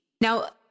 Now